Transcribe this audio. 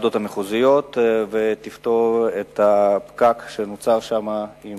הוועדות המחוזיות ותפתור את הפקק שיש שם עם